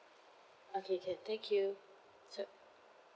okay can thank you so